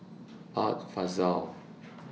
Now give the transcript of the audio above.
Art Fazil